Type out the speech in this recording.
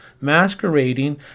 masquerading